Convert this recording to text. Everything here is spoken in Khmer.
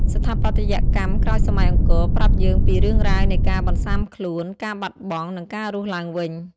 ស្ថាបត្យកម្មក្រោយសម័យអង្គរប្រាប់យើងពីរឿងរ៉ាវនៃការបន្សាំខ្លួន ការបាត់បង់ និងការរស់ឡើងវិញ។